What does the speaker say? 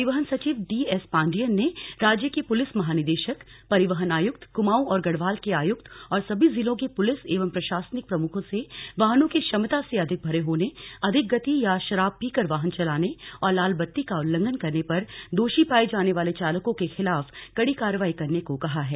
परिवहन सचिव D S Pandian ने राज्य के पुलिस महानिदेशक परिवहन आयुक्त कुमाऊं और गढ़वाल के आयुक्त और सभी जिलों के पुलिस एवं प्रशासनिक प्रमुखों से वाहनों के क्षमता से अधिक भरे होने अधिक गति या शराब पीकर वाहन चलाने और लाल बत्ती का उल्लंघन करने पर दोषी पाए जाने वाले चालकों के खिलाफ कड़ी कार्रवाई करने को कहा है